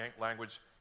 language